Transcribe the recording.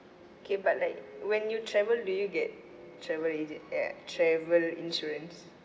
okay but like when you travel do you get travel agent at~ travel insurance